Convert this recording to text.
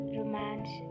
romance